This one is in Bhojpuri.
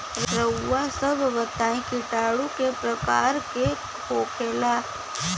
रउआ सभ बताई किटाणु क प्रकार के होखेला?